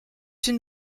une